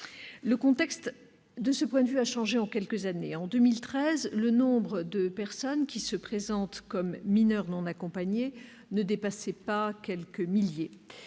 Le contexte, de ce point de vue, a changé en quelques années. En 2013, le nombre de personnes qui se présentaient comme mineurs non accompagnés ne dépassait pas quelques milliers.